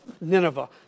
Nineveh